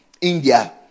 India